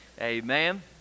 Amen